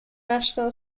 national